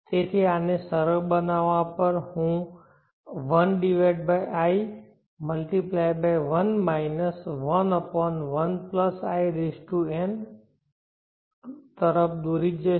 તેથી આને સરળ બનાવવા પર 1i1 11in to તરફ દોરી જશે